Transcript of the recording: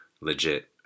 legit